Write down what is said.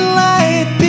light